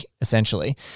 essentially